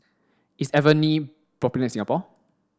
is Avene popular in Singapore